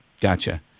Gotcha